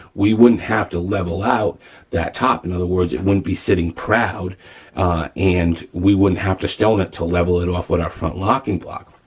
we wouldn't have to level out that top. in other words, it wouldn't be sitting proud and we wouldn't have to stone it to level it off with our front locking block.